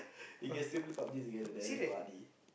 you can still play Pub-G together damn funny